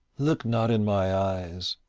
look not in my eyes,